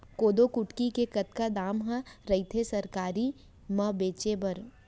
कोदो कुटकी के कतका दाम ह रइथे सरकारी म बेचे बर?